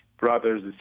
brothers